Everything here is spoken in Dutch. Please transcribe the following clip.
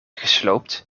gesloopt